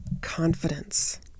confidence